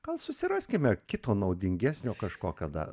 gal susiraskime kito naudingesnio kažkio dar